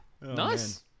nice